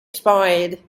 expired